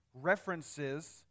references